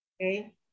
Okay